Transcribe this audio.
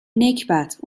نکبت